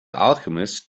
alchemist